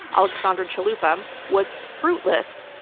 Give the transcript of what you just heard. alexandra chalupa was fruitless,